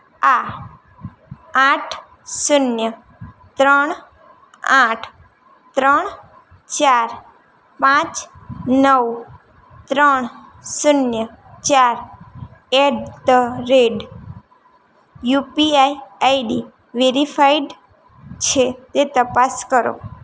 આ આઠ શૂન્ય ત્રણ આઠ ત્રણ ચાર પાંચ નવ ત્રણ શૂન્ય ચાર at the rate UPI ID verified છે તે તપાસ કરો